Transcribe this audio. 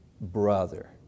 brother